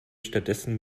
stattdessen